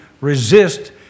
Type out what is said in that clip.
resist